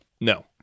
No